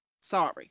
Sorry